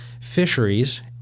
fisheries